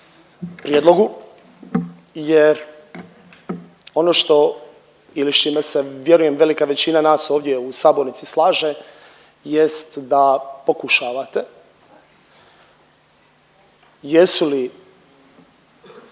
prijedlogu jer ono što ili s čime se vjerujem velika većina nas ovdje u sabornici slaže jest da pokušavate jesu li